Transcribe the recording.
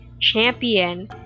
champion